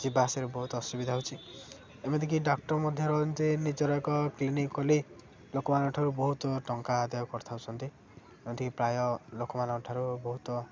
ଯିବା ଆସରେ ବହୁତ ଅସୁବିଧା ହେଉଛି ଏମିତିକି ଡାକ୍ଟର ମଧ୍ୟ ରହନ୍ତି ନିଜର ଏକ କ୍ଲିନିକ୍ ଖୋଲି ଲୋକଙ୍କଠାରୁ ବହୁତ ଟଙ୍କା ଆଦାୟ କରି ଥାଉଛନ୍ତି ଏମିତିକି ପ୍ରାୟ ଲୋକମାନଙ୍କ ଠାରୁ ବହୁତ